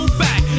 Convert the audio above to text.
back